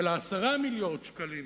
אלא 10 מיליוני שקלים